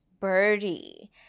Birdie